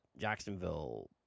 Jacksonville